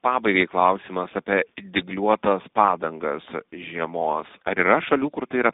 pabaigai klausimas apie dygliuotas padangas žiemos ar yra šalių kur tai yra